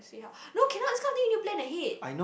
see how no cannot this kind of thing you need to plan ahead